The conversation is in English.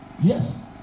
Yes